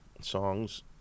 songs